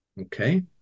Okay